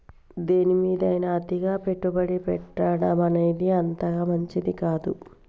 దేనిమీదైనా అతిగా పెట్టుబడి పెట్టడమనేది అంతగా మంచిది కాదు